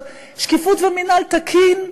שקיפות ומינהל תקין,